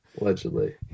allegedly